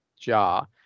Jar